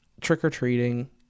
trick-or-treating